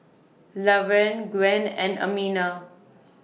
Lavern Gwen and Amina